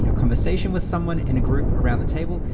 you know conversation with someone in a group around the table,